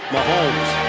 Mahomes